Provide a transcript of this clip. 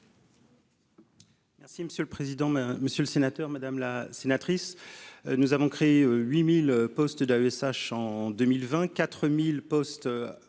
Merci monsieur le Président, Madame, Monsieur le Sénateur, madame la sénatrice, nous avons créé 8000 postes d'AESH en 2000 24000 postes